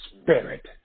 spirit